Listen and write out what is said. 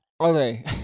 Okay